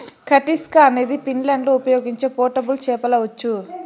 కటిస్కా అనేది ఫిన్లాండ్లో ఉపయోగించే పోర్టబుల్ చేపల ఉచ్చు